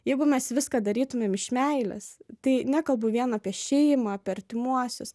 jeigu mes viską darytumėm iš meilės tai nekalbu vien apie šeimą apie artimuosius